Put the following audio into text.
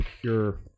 pure